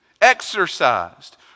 exercised